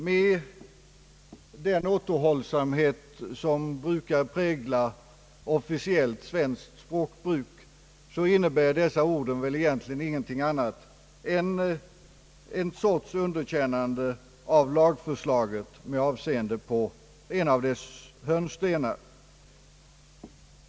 Med den återhållsamhet, som brukar prägla officiellt svenskt språkbruk, innebär dessa ord väl egentligen ingenting annat än en sorts underkännande av lagförslaget med avseende på en av dess hörnstenar.